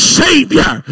savior